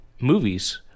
movies